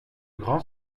grand